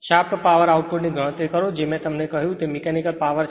shaft power આઉટપુટની ગણતરી કરો જે મેં કહ્યું છે તે મીકેનિકલ પાવર છે